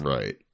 right